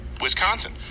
Wisconsin